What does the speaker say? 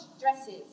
dresses